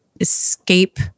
escape